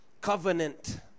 covenant